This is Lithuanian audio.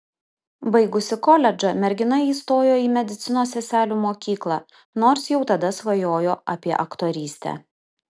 baigusi koledžą mergina įstojo į medicinos seselių mokyklą nors jau tada svajojo apie aktorystę